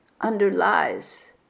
underlies